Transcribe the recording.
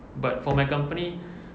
but for my company